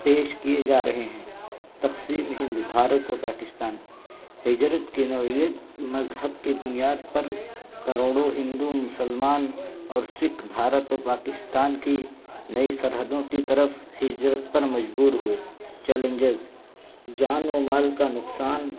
پیش کیے جا رہے ہیں تقسیم ہند بھارت و پاکستان ہجرت کی نوید مذہب کی بنیاد پر کروڑوں ہندو مسلمان اور سکھ بھارت و پاکستان کی نئی سرحدوں کی طرف ہجرت پر مجبور ہوئے چیلنجز جان ومال کا نقصان